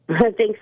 Thanks